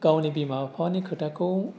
गावनि बिमा बिफानि खोथाखौ